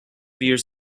years